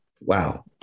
Wow